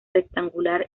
rectangular